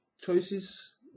choices